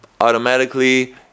automatically